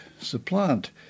supplant